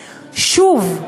שוב,